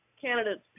candidates